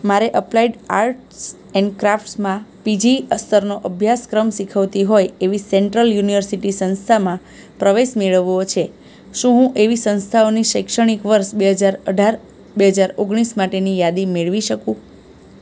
મારે applied arts and ક્રાફ્ટ્સમાં PG સ્તરનો અભ્યાસક્રમ શીખવતી હોય એવી સેન્ટ્રલ યુનિવર્સિટી સંસ્થામાં પ્રવેશ મેળવવો છે શું હું એવી સંસ્થાઓની શૈક્ષણિક વર્ષ બે હજાર અઢાર બે હજાર ઓગણીસ માટેની યાદી મેળવી શકું